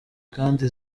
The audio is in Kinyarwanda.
kandi